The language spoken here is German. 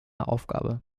aufgabe